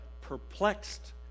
perplexed